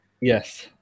Yes